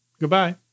Goodbye